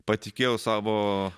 patikėjau savo